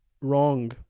wrong